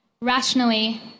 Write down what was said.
Rationally